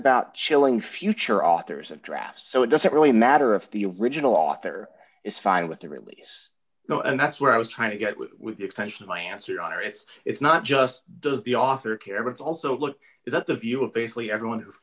about chilling future authors and drafts so it doesn't really matter if the original author is fine with the release no and that's where i was trying to get with the extension of my answer your honor it's it's not just does the author care it's also a look is that the view of basically everyone who